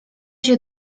się